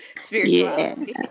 spirituality